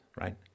right